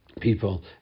people